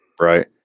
right